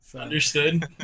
Understood